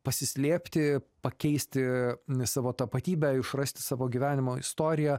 pasislėpti pakeisti ne savo tapatybę išrasti savo gyvenimo istoriją